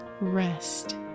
rest